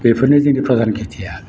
बेफोरनो जोंनि बागान खेथिया